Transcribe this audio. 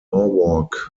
norwalk